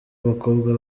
abakobwa